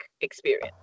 experience